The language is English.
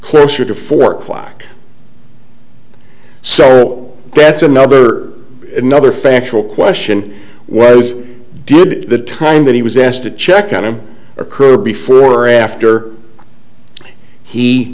closer to four o'clock so that's a number another factual question was did the time that he was asked to check on him occurred before or after he